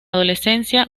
adolescencia